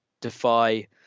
defy